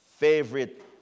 Favorite